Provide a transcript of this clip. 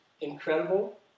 Incredible